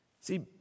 See